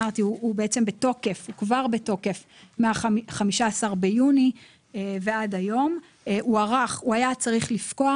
שהוא בתוקף מ-15 ביוני וצפוי לפקוע